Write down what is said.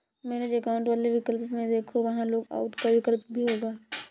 manage account वाले विकल्प में देखो, वहां लॉग आउट का विकल्प भी होगा